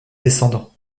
descendants